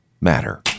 matter